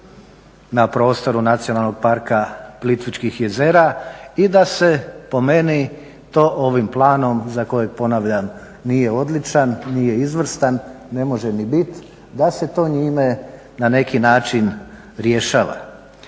na prostoru Nacionalnog parka Plitvičkih jezera i da se po meni to ovim planom za kojeg ponavljam nije odličan, nije izvrstan ne može ni bit, da se to njime na neki način rješava.